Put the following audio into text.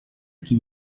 qui